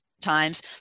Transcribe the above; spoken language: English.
times